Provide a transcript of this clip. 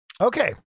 Okay